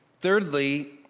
Thirdly